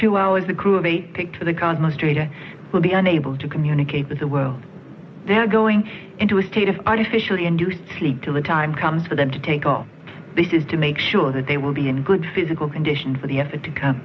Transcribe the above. two hours the crew of eight take to the cosmos traitor will be unable to communicate with the world they are going into a state of artificially induced sleep till the time comes for them to take off this is to make sure that they will be in good physical condition for the effort to come